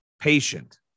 Patient